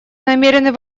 намерены